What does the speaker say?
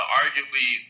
arguably